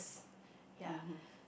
ya